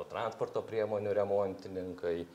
transporto priemonių remontininkai